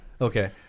okay